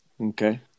Okay